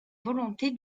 volonté